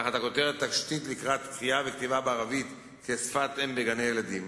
תחת הכותרת "תשתית לקראת קריאה וכתיבה בערבית כשפת אם בגני-ילדים",